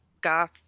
goth